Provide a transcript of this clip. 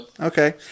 okay